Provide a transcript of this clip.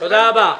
תודה רבה.